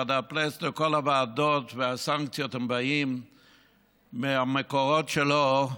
ועדת פלסנר וכל הוועדות והסנקציות באות מהמקורות שלו.